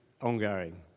ongoing